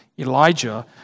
Elijah